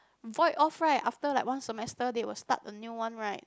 void off right after like one semester they will start a new one right